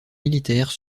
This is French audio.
militaires